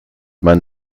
man